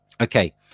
Okay